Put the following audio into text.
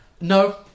No